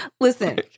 Listen